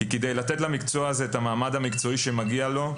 כי כדי לתת למקצוע הזה את המעמד המקצועי שמגיע לו,